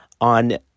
on